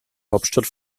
hauptstadt